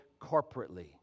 corporately